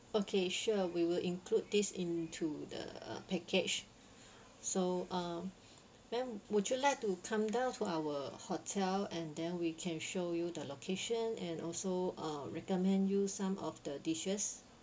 okay sure we will include this into the uh package so uh when would you like to come down to our hotel and then we can show you the location and also uh recommend you some of the dishes